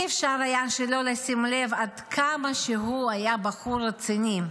אי-אפשר היה שלא לשים לב עד כמה שהוא היה בחור רציני.